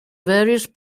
various